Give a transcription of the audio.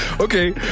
Okay